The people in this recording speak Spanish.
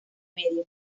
medio